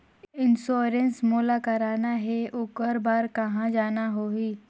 Insurance मोला कराना हे ओकर बार कहा जाना होही?